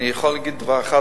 אני יכול לומר דבר אחד,